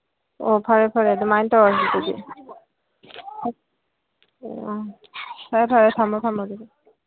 ꯑꯣ ꯐꯔꯦ ꯐꯔꯦ ꯑꯗꯨꯃꯥꯏꯅ ꯇꯧꯔꯁꯤ ꯑꯗꯨꯗꯤ ꯐꯔꯦ ꯐꯔꯦ ꯊꯝꯃꯣ ꯊꯝꯃꯣ ꯑꯗꯨꯗꯤ